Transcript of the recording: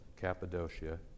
Cappadocia